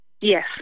Yes